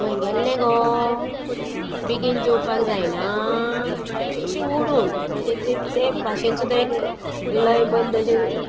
खंय गेल्लें गो बेगीन जेवपाक जायना म्हणचें अशें ओडून म्हणजे ते ते भाशेन सुद्दां लय बध्द अशें